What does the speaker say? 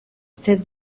said